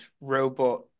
robot